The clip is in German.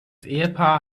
ehepaar